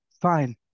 fine